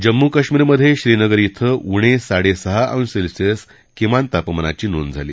जम्मू कश्मीरमधे श्रीनगर इथं उणे साडेसहा अंश सेल्सियस किमान तापमानाची नोंद झाली